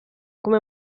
come